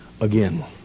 again